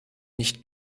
nicht